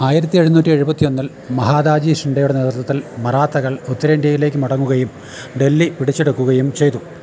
ആയിരത്തിയെഴുന്നൂറ്റി എഴുപത്തിയൊന്നിൽ മഹാദാജി ഷിൻഡെയുടെ നേതൃത്വത്തിൽ മറാത്തകൾ ഉത്തരേന്ത്യയിലേക്ക് മടങ്ങുകയും ഡൽഹി പിടിച്ചടക്കുകയും ചെയ്തു